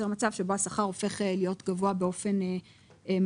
מצב שבו השכר הופך להיות גבוה באופן מלאכותי,